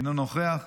אינו נוכח,